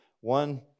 one